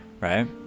right